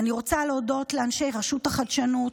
אני רוצה להודות לאנשי רשות החדשנות,